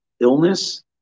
illness